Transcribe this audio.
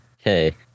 Okay